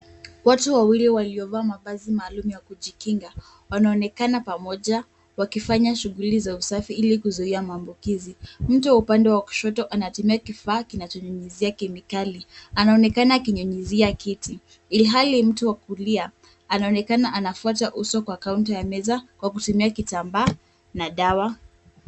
Watu wawili waliovaa mavazi maalum ya kujikinga, wanaonekana pamoja wakifanya shughuli za usafi ili kuzuia maambukizi. Mtu wa upande wa kushoto anatumia kifaa kinachonyunyizia kemikali. Anaonekana akinyunyizia kiti. Ilhali mtu wa kulia, anaonekana anafuata uso kwa kaunta ya meza kwa kutumia kitambaa na dawa.